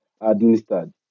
administered